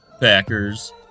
Packers